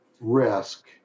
risk